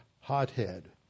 hothead